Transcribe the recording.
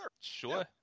Sure